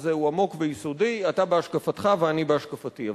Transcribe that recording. הזה הוא עמוק ויסודי אתה בהשקפתך ואני בהשקפתי.